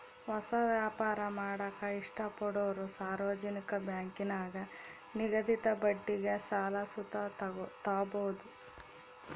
ಹೊಸ ವ್ಯಾಪಾರ ಮಾಡಾಕ ಇಷ್ಟಪಡೋರು ಸಾರ್ವಜನಿಕ ಬ್ಯಾಂಕಿನಾಗ ನಿಗದಿತ ಬಡ್ಡಿಗೆ ಸಾಲ ಸುತ ತಾಬೋದು